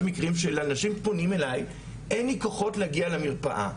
מקרים שאנשים שפונים אליי: "אין לי כוחות להגיע למרפאה.